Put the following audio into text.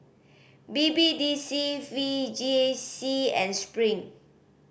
B B D C V J I C and Spring